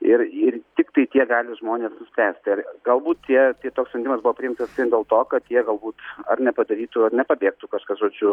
ir ir tiktai tie gali žmonės nuspręsti ar galbūt tie toks sprendimas buvo priimtas dėl to kad jie galbūt ar nepadarytų ar nepabėgtų kažkas žodžiu kas